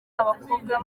abakobwa